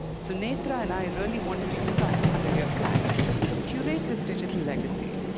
so netra and i really wanted to use our two hundred year plan to curate this digital legacy,